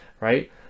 right